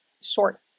short